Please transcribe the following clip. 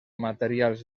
materials